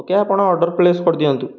okay ଆପଣ order place କରିିଦିଅନ୍ତୁ